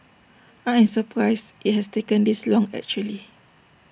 I am surprised IT has taken this long actually